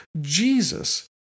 Jesus